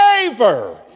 favor